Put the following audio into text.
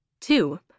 Two